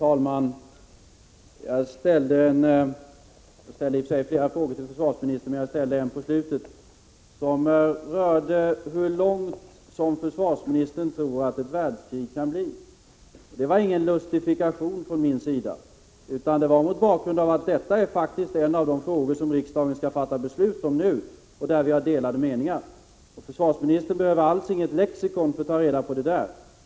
Herr talman! Jag ställde flera frågor till försvarsministern, och en fråga som jag ställde i slutet av mitt anförande gällde hur långt försvarsministern tror att ett världskrig kan bli. Det var ingen lustifikation från min sida. Detta är faktiskt en av de frågor som riksdagen skall fatta beslut om nu och som vi har delade meningar om. Och försvarsministern behöver alls inget lexikon för att ta reda på den här saken.